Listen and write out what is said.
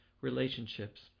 relationships